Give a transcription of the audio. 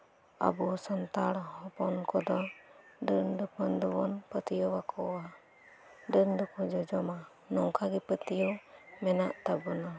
ᱟᱵᱚ ᱥᱟᱱᱛᱟᱲ ᱦᱚᱯᱚᱱ ᱠᱚᱫᱚ ᱰᱟᱹᱱᱼᱰᱟᱹᱯᱟᱹᱱ ᱫᱚᱵᱚᱱ ᱯᱟᱹᱛᱭᱟᱹᱣᱟᱠᱚᱣᱟ ᱰᱟᱹᱱ ᱫᱚᱠᱚ ᱡᱚᱡᱚᱢᱟ ᱱᱚᱝᱠᱟ ᱜᱮ ᱯᱟᱹᱛᱭᱟᱹᱣ ᱢᱮᱱᱟᱜ ᱛᱟᱵᱚᱱᱟ